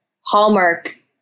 hallmark –